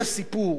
היה סיפור